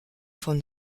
von